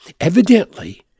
Evidently